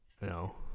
no